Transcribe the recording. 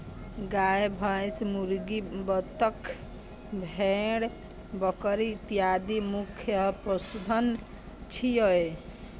गाय, भैंस, मुर्गी, बत्तख, भेड़, बकरी इत्यादि प्रमुख पशुधन छियै